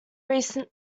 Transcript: recent